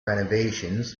renovations